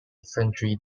century